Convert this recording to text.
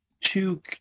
Two